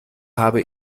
habe